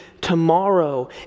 tomorrow